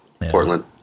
Portland